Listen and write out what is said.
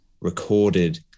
recorded